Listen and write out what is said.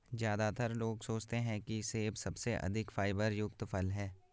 ज्यादातर लोग सोचते हैं कि सेब सबसे अधिक फाइबर युक्त फल है